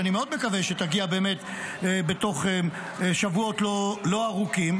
שאני מאוד מקווה שתגיע באמת בתוך שבועות לא ארוכים.